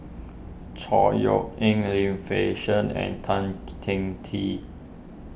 Chor Yeok Eng Lim Fei Shen and Tan Teng Tee